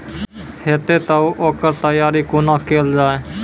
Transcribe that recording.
हेतै तअ ओकर तैयारी कुना केल जाय?